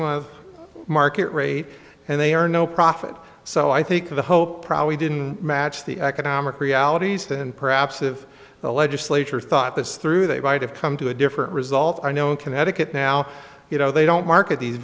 month of market rate and they are no profit so i think the hope probably didn't match the economic realities and perhaps of the legislature thought this through they might have come to a different result i know in connecticut now you know they don't market these